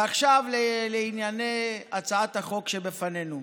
ועכשיו לענייני הצעת החוק שבפנינו.